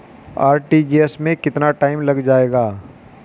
RTGS में कितना time लग जाएगा?